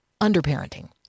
under-parenting